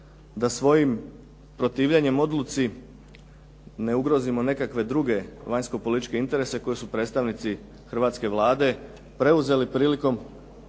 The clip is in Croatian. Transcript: da svojim protivljenjem odluci ne ugrozimo nekakve druge vanjsko-političke interese koje su predstavnici hrvatske Vlade preuzeli prilikom